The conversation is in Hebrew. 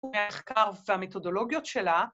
‫המחקר והמתודולוגיות שלה,